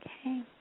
Okay